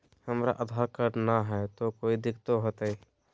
हमरा आधार कार्ड न हय, तो कोइ दिकतो हो तय?